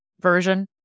version